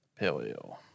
Paleo